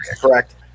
correct